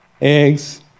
eggs